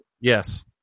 Yes